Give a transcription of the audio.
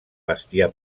bestiar